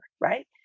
right